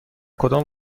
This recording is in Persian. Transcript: کدام